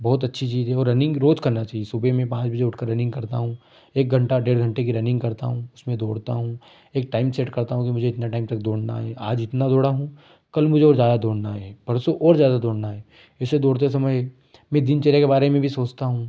बहुत अच्छी चीज है और रनिंग रोज करना चाहिए सुबह मैं पाँच बजे उठकर रनिंग करता हूँ एक घंटा डेढ़ घंटे की रनिंग करता हूँ उसमें दौड़ता हूँ एक टाइम सेट करता हूँ कि मुझे इतना टाइम तक दौड़ना है आज इतना दौड़ा हूँ कल मुझे और ज्यादा दौड़ना है परसों और ज्यादा दौड़ना है ऐसे दौड़ते समय मैं दिनचर्या के बारे में भी सोचता हूँ